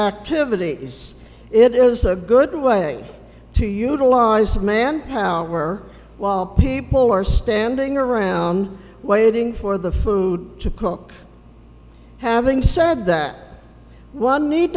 activity it is a good way to utilize manpower while people are standing around waiting for the food to cook having said that one need